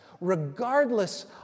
regardless